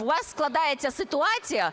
у вас складається ситуації,